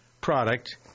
product